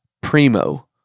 primo